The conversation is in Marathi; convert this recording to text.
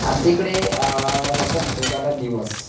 आमच्या इकडे जसं एखादा दिवस